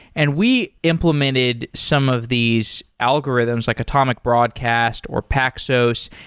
and we implemented some of these algorithms, like atomic broadcast, or paxos,